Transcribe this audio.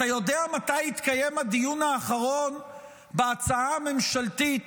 אתה יודע מתי התקיים הדיון האחרון בהצעה הממשלתית